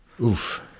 oof